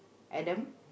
Adam